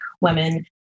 women